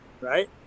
right